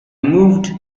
moved